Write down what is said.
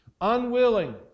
unwilling